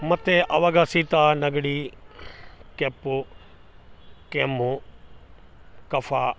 ಮತ್ತು ಅವಾಗ ಶೀತ ನೆಗ್ಡಿ ಕೆಪ್ಪು ಕೆಮ್ಮು ಕಫ